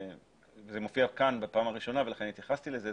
זה מופיע כאן בפעם הראשונה, ולכן התייחסתי לזה.